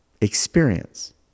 experience